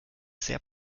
sehr